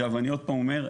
עכשיו אני עוד פעם אומר,